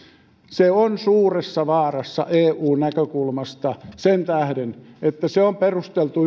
on suuressa vaarassa eu näkökulmasta sen tähden että se on perusteltu